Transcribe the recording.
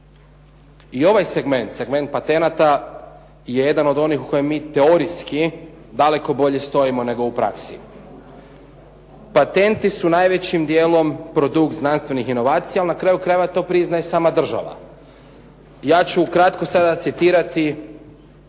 I ovaj segment, segment patenata je jedan od onih u kojem mi teorijski daleko bolje stojimo nego u praksi. Patentni su najvećim dijelom produkt znanstvenih inovacija ali na kraju krajeva to priznaje sama država. Ja ću ukratko sada citirati,